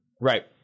Right